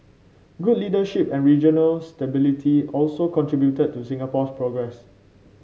good leadership and regional stability also contributed to Singapore's progress